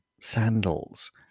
sandals